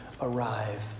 arrive